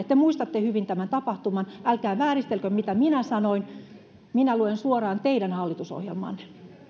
te muistatte hyvin tämän tapahtuman älkää vääristelkö mitä minä sanoin minä luen suoraan teidän hallitusohjelmaanne